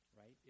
Right